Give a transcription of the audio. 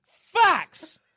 facts